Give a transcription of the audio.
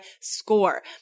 score